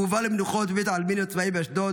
הוא הובא למנוחות בבית העלמין הצבאי באשדוד,